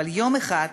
אבל יום אחד